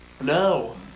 No